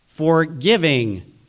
forgiving